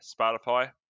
Spotify